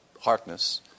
Harkness